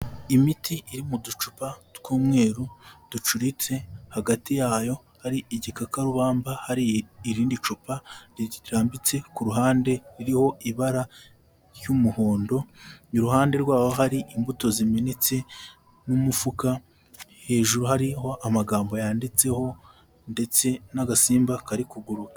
Imiti iri mu ducupa tw'umweru ducuritse hagati yayo hari igikakarubamba, hari irindi cupa rirambitse ku ruhande ririho ibara ry'umuhondo, i ruhande rwaho hari imbuto zimenetse n'umufuka hejuru hariho amagambo yanditseho ndetse n'agasimba kari kuguruka.